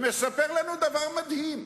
ומספר לנו דבר מדהים: